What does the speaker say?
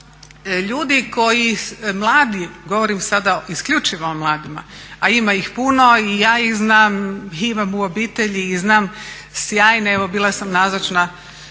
Ljudi koji, mladi govorim sada isključivo o mladima a ima ih puno i ja ih znam, imam u obitelji i znam sjajne. Evo bila sam nazočna